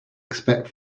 expect